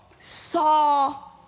saw